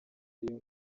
ariyo